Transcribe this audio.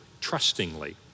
trustingly